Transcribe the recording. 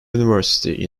university